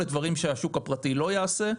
לדברים שהשוק הפרטי לא יעשה.